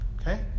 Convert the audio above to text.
Okay